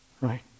Right